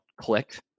clicked